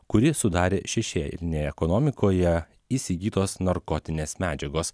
kurį sudarė šešėlinėje ekonomikoje įsigytos narkotinės medžiagos